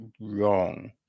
wrong